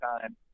time